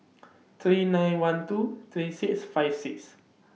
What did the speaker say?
three nine one two three six five six